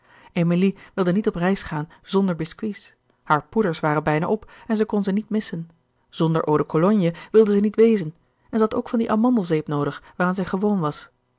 wilde niet op reis gaan zonder biscuits hare poeders waren bijna op en zij kon ze niet missen zonder eau-de-cologne wilde zij niet wezen en ze had ook van die amandelzeep noodig waaraan zij gewoon was